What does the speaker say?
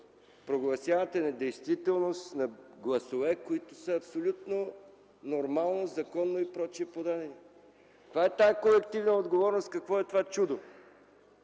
прогласявате недействителност на гласове, които са абсолютно нормално и законно подадени?! Каква е тази колективна отговорност, какво е това чудо?!